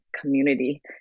community